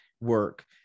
work